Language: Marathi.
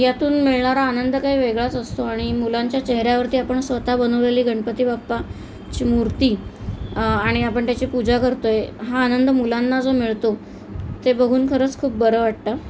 यातून मिळणारा आनंद काही वेगळाच असतो आणि मुलांच्या चेहऱ्यावरती आपण स्वतः बनवलेली गणपती बाप्पाची मूर्ती आणि आपण त्याची पूजा करतो आहे हा आनंद मुलांना जो मिळतो ते बघून खरंच खूप बरं वाटतं